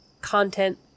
content